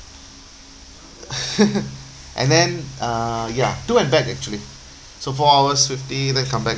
and then uh ya to and back actually so four hours fifty then come back